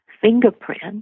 fingerprint